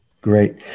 Great